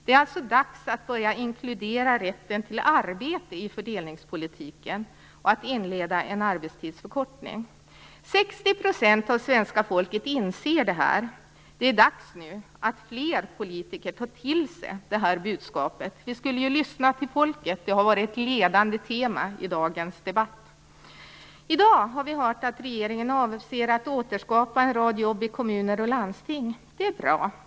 Det är alltså dags att börja inkludera rätten till arbete i fördelningspolitiken och att inleda en arbetstidsförkortning. 60 % av svenska folket inser detta. Det är nu dags att fler politiker tar till sig budskapet. Vi skulle ju lyssna på folket - det har varit ett ledande tema i dagens debatt. I dag har vi hört att regeringen avser att återskapa en rad jobb i kommuner och landsting. Det är bra.